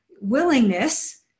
willingness